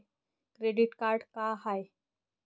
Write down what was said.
Credit card का हाय?